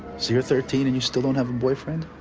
so you're thirteen and you still don't have a boyfriend?